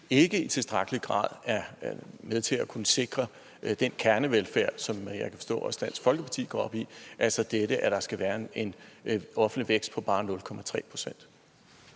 ikke i tilstrækkelig grad er med til at kunne sikre den kernevelfærd, som jeg kan forstå at også Dansk Folkeparti går op i, altså dette, at der skal være en offentlig vækst på bare 0,3 pct.